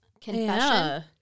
confession